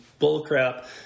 bullcrap